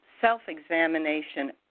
self-examination